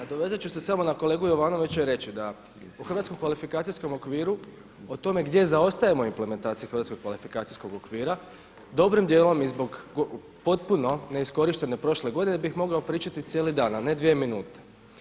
A dovezat ću se samo na kolegu Jovanovića i reći da u Hrvatskom kvalifikacijskom okviru o tome gdje zaostajemo u implementaciji Hrvatskog kvalifikacijskog okvira dobrim dijelom i zbog potpuno neiskorištene prošle godine bih mogao pričati cijeli dan, a ne dvije minute.